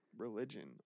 religion